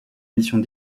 missions